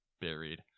buried